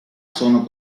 sono